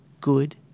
good